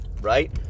right